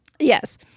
Yes